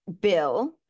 bill